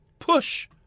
Push